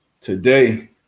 today